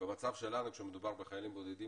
במצב שלנו כשמדובר בחיילים בודדים,